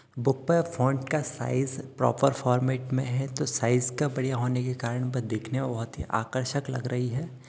book का font का size proper format में है तो साईज़ का बढ़ियाँ होने के कारण बस देखने में बहुत ही आकर्षक लग रही है